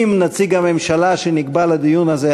אם נציג הממשלה שנקבע לדיון הזה,